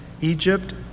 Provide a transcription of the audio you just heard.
Egypt